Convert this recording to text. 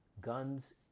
guns